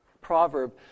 proverb